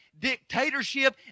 dictatorship